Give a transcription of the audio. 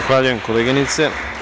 Zahvaljujem, koleginice.